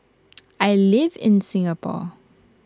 I live in Singapore